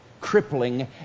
crippling